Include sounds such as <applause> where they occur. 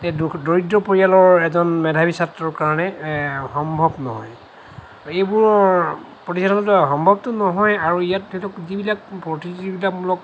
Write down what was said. এই <unintelligible> দৰিদ্ৰ পৰিয়ালৰ এজন মেধাৱী ছাত্ৰৰ কাৰণে সম্ভৱ নহয় এইবোৰৰ পৰিয়ালৰ দ্বাৰা সম্ভৱটো নহয়েই আৰু ইয়াত <unintelligible> যিবিলাক প্ৰতিযোগিতামূলক